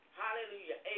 hallelujah